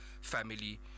family